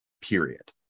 period